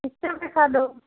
इसका दिखा दो